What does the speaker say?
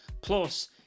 Plus